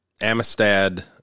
Amistad